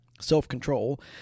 self-control